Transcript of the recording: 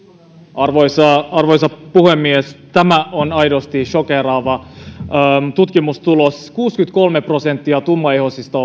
arvoisa arvoisa puhemies tämä on aidosti shokeeraava tutkimustulos kuusikymmentäkolme prosenttia tummaihoisista